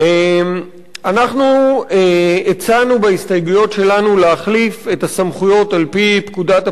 אנחנו הצענו בהסתייגויות שלנו להחליף את הסמכויות על-פי פקודת הפרוצדורה